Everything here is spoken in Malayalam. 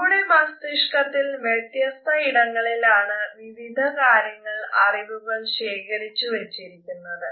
നമ്മുടെ മസ്തിഷ്കത്തിൽ വ്യത്യസ്ത ഇടങ്ങളിലാണ് വിവിധ കാര്യങ്ങൾഅറിവുകൾ ശേഖരിച്ചു വച്ചിരിക്കുന്നത്